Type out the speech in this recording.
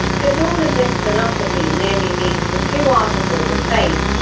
does all of this philosophy merely lead to two articles of faith,